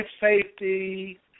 safety